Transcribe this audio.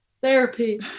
Therapy